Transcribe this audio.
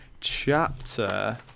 chapter